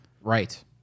Right